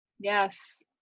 Yes